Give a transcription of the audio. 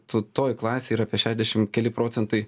tu toj klasėj ir apie šešiasdešim keli procentai